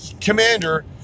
Commander